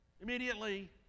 immediately